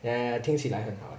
eh 听起来很好